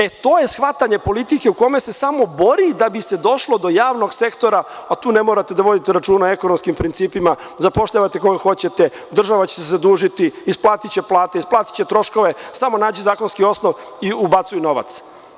E, to je shvatanje politike u kome se samo bori da bi se došlo do javnog sektora, a tu ne morate da vodite računa o ekonomskim principima, zapošljavate koga hoćete, država će se zadužiti, isplatiće plate, isplatiće troškove, samo nađi zakonski osnov i ubacuj novac.